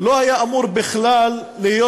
לא היה אמור בכלל להיות